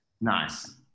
Nice